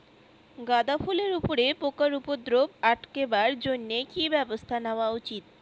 গাঁদা ফুলের উপরে পোকার উপদ্রব আটকেবার জইন্যে কি ব্যবস্থা নেওয়া উচিৎ?